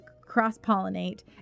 cross-pollinate